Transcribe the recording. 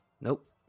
Nope